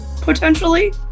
potentially